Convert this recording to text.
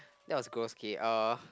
that was gross okay uh